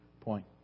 point